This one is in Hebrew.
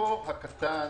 בחלקו הקטן